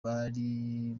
bari